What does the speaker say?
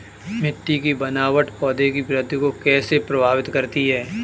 मिट्टी की बनावट पौधों की वृद्धि को कैसे प्रभावित करती है?